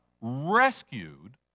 rescued